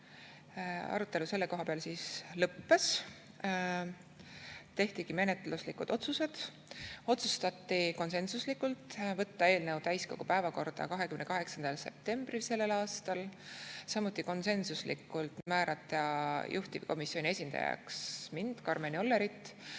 arutelu selle koha peal lõppes, siis tehti menetluslikud otsused. Otsustati konsensuslikult võtta eelnõu täiskogu päevakorda 28. septembril sellel aastal, samuti otsustati (konsensuslikult) määrata juhtivkomisjoni esindajaks mind, Karmen Jollerit.